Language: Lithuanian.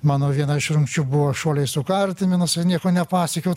mano viena iš rungčių buvo šuoliai su kartimi nors ir nieko nepasiekiau